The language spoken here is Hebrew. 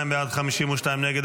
42 בעד, 52 נגד.